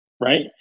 right